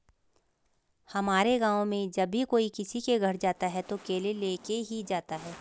हमारे गाँव में जब भी कोई किसी के घर जाता है तो केले लेके ही जाता है